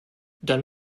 dann